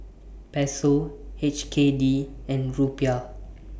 Peso H K D and Rupiah